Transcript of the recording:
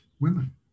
women